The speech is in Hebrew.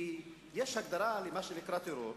כי יש הגדרה למה שנקרא "טרור",